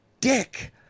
dick